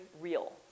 real